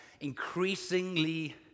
increasingly